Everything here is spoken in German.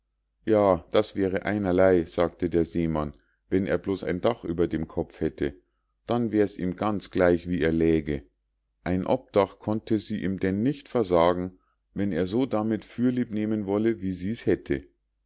ja das wäre einerlei sagte der seemann wenn er bloß ein dach über dem kopf hätte dann wär's ihm ganz gleich wie er läge ein obdach konnte sie ihm denn nicht versagen wenn er so damit fürlieb nehmen wolle wie sie's hätte